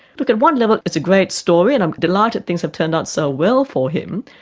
look, at one level it's a great story and i'm delighted things have turned out so well for him,